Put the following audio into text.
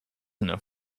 enough